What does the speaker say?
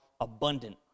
abundant